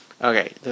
Okay